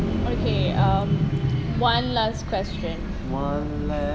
okay mm one last question